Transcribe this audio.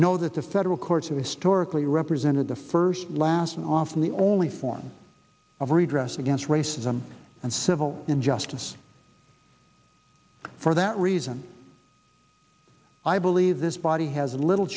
know that the federal courts of historic lee represented the first last and often the only form of redress against racism and civil injustice for that reason i believe this body has little